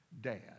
dad